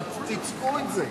תצאו עם זה.